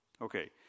okay